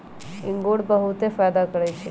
इंगूर बहुते फायदा करै छइ